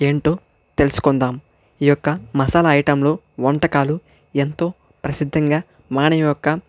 ఏంటో తెలుసుకుందాం ఈ యొక్క మసాలా ఐటెంలు వంటకాలు ఎంతో ప్రసిద్ధంగా మనన యొక్క